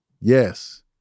Yes